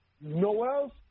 Noels